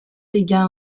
dégât